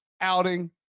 outing